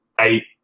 eight